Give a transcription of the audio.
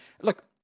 look